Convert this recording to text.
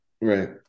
Right